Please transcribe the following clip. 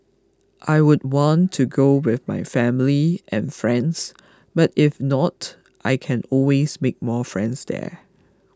I would want to go with my family and friends but if not I can always make more friends there